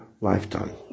lifetime